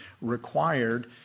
required